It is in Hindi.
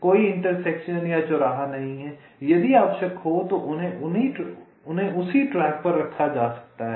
कोई चौराहा नहीं है यदि आवश्यक हो तो उन्हें उसी ट्रैक पर रखा जा सकता है